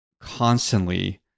constantly